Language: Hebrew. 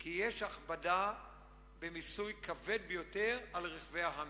כי יש הכבדה במיסוי כבד ביותר על רכבי ה"האמרים".